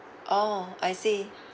orh I see